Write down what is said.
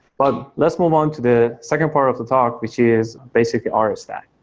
but let's move on to the second part of the talk, which is basically our stack.